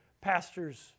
pastor's